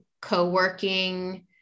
co-working